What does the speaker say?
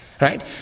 Right